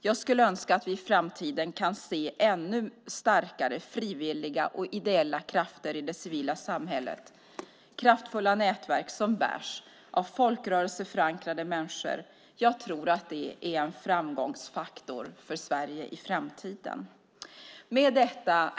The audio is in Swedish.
Jag önskar att vi i framtiden kan se ännu starkare, frivilliga och ideella krafter i det civila samhället - kraftfulla nätverk som bärs av folkrörelseförankrade människor. Jag tror att det är en framgångsfaktor för Sverige i framtiden. Herr talman!